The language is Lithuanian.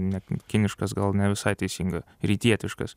ne kiniškas gal ne visai teisinga rytietiškas